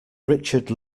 richard